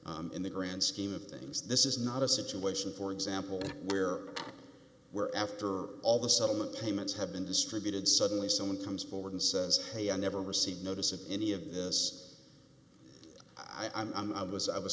in the grand scheme of things this is not a situation for example where where after all the settlement payments have been distributed suddenly someone comes forward and says hey i never received notice of any of this i'm i was i was